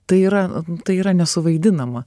tai yra tai yra nesuvaidinama